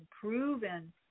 proven